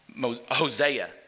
Hosea